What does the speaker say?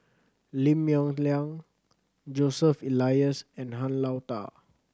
Lim Yong Liang Joseph Elias and Han Lao Da